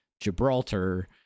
Gibraltar